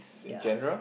ya